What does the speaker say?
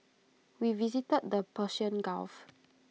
we visited the Persian gulf